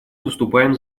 выступаем